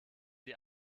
die